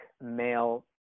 male